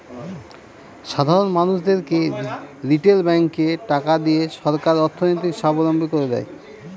সাধারন মানুষদেরকে রিটেল ব্যাঙ্কে টাকা দিয়ে সরকার অর্থনৈতিক সাবলম্বী করে দেয়